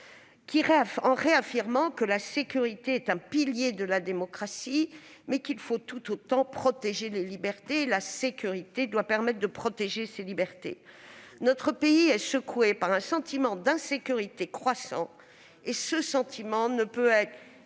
en réaffirmant que la sécurité est un pilier de la démocratie, mais qu'il faut tout autant protéger les libertés, ce que la sécurité doit permettre de faire. Notre pays est secoué par un sentiment d'insécurité croissant, qui ne peut être